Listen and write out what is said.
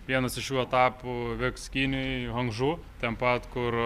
vienas iš šių etapų vyks kinijoj honžu ten pat kur